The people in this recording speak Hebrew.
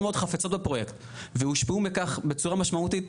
מאוד חפצות בפרויקט והושפעו מכך בצורה משמעותית,